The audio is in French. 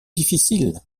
difficile